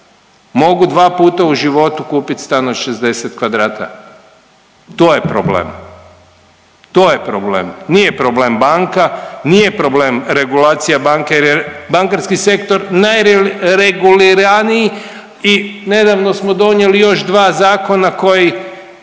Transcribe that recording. mogu dva puta u životu kupiti stan od 60 kvadrata. To je problem. To je problem. Nije problem banka, nije problem regulacija banke jer je bankarski sektor najreguliraniji i nedavno smo donijeli još dva zakona koji